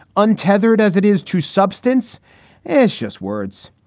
untethered as it is to substance is just words,